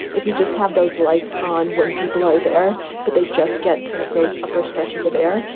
if you just have those lights on when people are there, but they just get kind of those upper stretches of air.